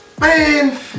Man